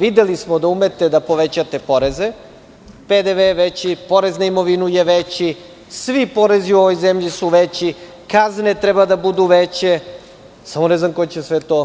Videli smo da umete da povećate poreze, PDV je veći, porez na imovinu je veći, svi porezi u ovoj zemlji su veći, kazne treba da budu veće, ali samo ne znam ko će sve to